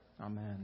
Amen